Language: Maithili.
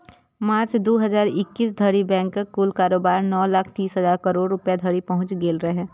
मार्च, दू हजार इकैस धरि बैंकक कुल कारोबार नौ लाख तीस हजार करोड़ रुपैया धरि पहुंच गेल रहै